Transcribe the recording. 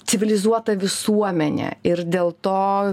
civilizuota visuomenė ir dėl to